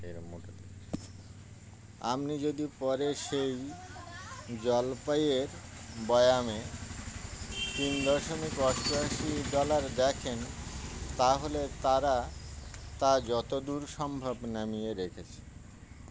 আপনি যদি পরে সেই জলপাইয়ের বয়ামে তিন দশমিক অষ্টআশি ডলার দেখেন তাহলে তারা তা যতদূর সম্ভব নামিয়ে রেখেছে